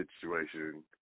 situation